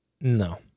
No